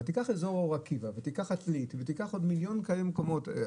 אבל תקח אזור כמו אור עקיבא ותיקח עתלית ותיקח עוד מיליון כאלה מקומות,